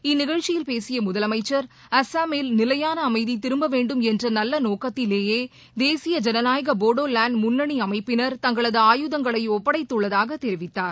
இந்நிகழ்ச்சியில் பேசிய முதலமைச்சா் அசாமில் நிலையான அமைதி திரும்ப வேண்டும் என்ற நல்ல நோக்கத்திலேயே தேசிய ஜனநாயக போடோலேண்ட் முன்னணி அமைப்பினர் தங்களது ஒப்படைத்துள்ளதாக தெரிவித்தார்